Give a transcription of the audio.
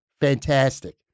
fantastic